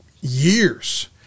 years